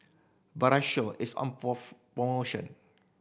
Berocca is on promotion